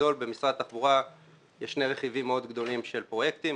בגדול במשרד התחבורה יש שני רכיבים מאוד גדולים של פרויקטים.